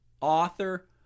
author